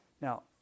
now